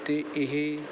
ਅਤੇ ਇਹ